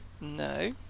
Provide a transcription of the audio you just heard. No